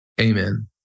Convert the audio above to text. Amen